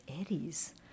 Eddie's